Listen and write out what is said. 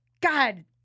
God